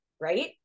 right